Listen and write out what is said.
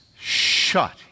shut